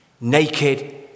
Naked